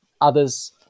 others